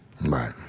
Right